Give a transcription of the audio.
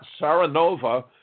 Saranova